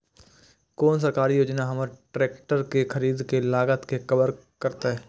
कोन सरकारी योजना हमर ट्रेकटर के खरीदय के लागत के कवर करतय?